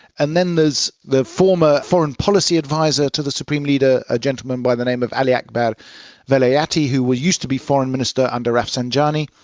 and then there's the former foreign policy advisor to the supreme leader, a gentleman by the name of ali akbar velayati who used to be foreign minister under rafsanjani.